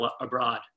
abroad